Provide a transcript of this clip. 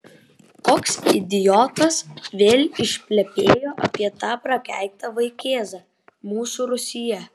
koks idiotas vėl išplepėjo apie tą prakeiktą vaikėzą mūsų rūsyje